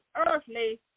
earthly